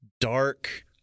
dark